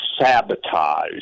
sabotage